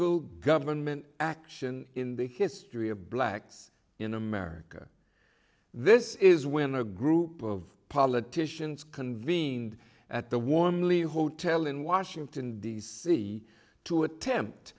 single government action in the history of blacks in america this is when a group of politicians convened at the warmly hotel in washington d c to attempt